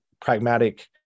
pragmatic